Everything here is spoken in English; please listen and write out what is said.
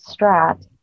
Strat